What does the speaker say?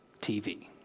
TV